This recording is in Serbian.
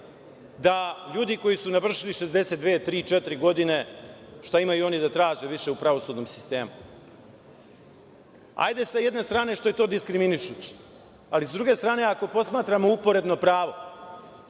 da ljudi koji su navršili 62, 63, 64 godine, šta imaju oni da traže više u pravosudnom sistemu. Hajde sa jedne strane što je to diskriminišuće, ali s druge strane, ako posmatramo uporedno pravo,